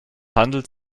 handelt